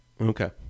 Okay